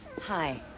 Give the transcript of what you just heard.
Hi